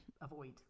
avoid